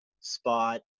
spot